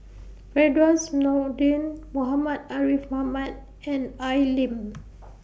Firdaus Nordin Muhammad Ariff Ahmad and Al Lim